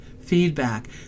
feedback